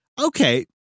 Okay